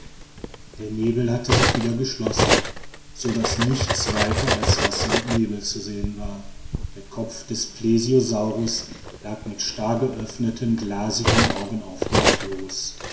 der nebel hatte sich wieder geschlossen so daß nichts weiter als wasser und nebel zu sehen war der kopf des plesiosaurus lag mit starr geöffneten glasigen augen auf dem floß